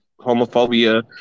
homophobia